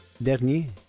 dernier